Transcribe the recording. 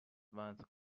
once